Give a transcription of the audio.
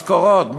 משכורות?